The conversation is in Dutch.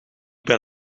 ben